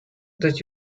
that